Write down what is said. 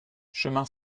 chemin